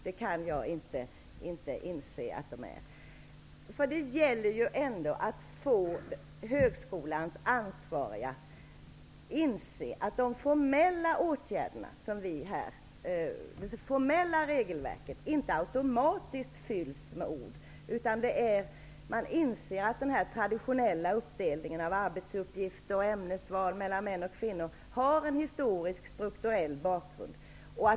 Det gäller trots allt att få högskolans ansvariga att inse att det formella regelverket inte automatiskt fylls med ord. Det gäller att inse att den traditionella uppdelningen av arbetsuppgifter och ämnesval mellan män och kvinnor har en historiskstrukturell bakgrund.